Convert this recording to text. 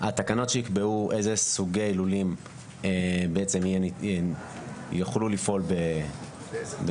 התקנות שיקבעו איזה סוגי לולים יוכלו לפעול בישראל